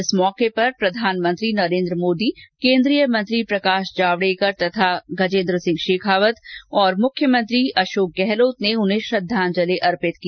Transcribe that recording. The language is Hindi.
इस अवसर पर प्रधानमंत्री नरेन्द्र मोदी कोन्द्रीय मंत्री प्रकाश जावडेकर तथा गजेन्द्र सिंह शेखावत और मुख्यमंत्री अशोक गहलोत ने उन्हें भावभीनी श्रद्दाजंलि अर्पित की